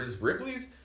Ripley's